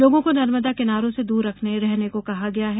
लोगों को नर्मदा किनारों से दूर रहने को कहा गया है